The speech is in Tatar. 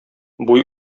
буй